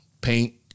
Paint